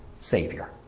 Savior